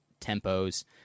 tempos